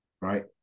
right